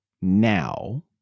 Now